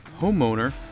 homeowner